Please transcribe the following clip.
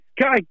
guy